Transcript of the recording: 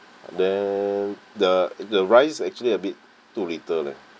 then the the rice actually a bit too little leh